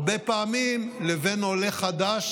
הרבה פעמים עולה חדש